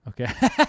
Okay